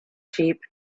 sheep